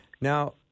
Now